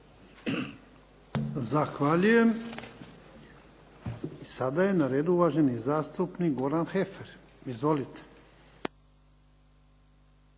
Zahvaljujem. Sada je na redu uvaženi zastupnik Goran Heffer, izvolite.